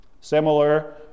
Similar